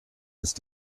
ist